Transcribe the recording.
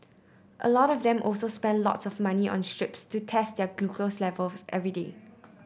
a lot of them also spend lots of money on strips to test their glucose levels every day